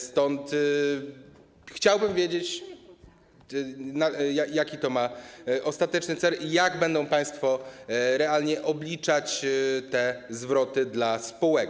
Stąd chciałbym wiedzieć: Jaki to ma ostateczny cel i jak będą państwo realnie obliczać te zwroty dla spółek?